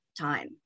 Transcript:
time